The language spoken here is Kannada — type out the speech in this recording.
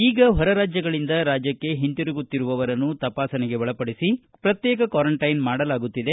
ಈಗ ಹೊರರಾಜ್ಯಗಳಿಂದ ರಾಜ್ಯಕ್ಷೆ ಹಿಂತಿರುಗುತ್ತಿರುವವನ್ನು ತಪಾಸಣೆಗೆ ಒಳಪಡಿಸಿ ಪ್ರತ್ಯೇಕ ಕ್ವಾರಂಟೈನ್ ಮಾಡಲಾಗುತ್ತಿದೆ